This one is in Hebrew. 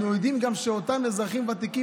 אנחנו יודעים גם שאותם אזרחים ותיקים,